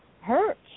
hurts